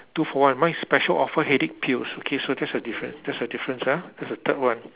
two for one my is special offer headache pills okay so that's the difference that's the difference ah that's the third one